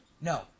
No